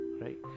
right